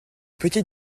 petit